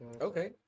Okay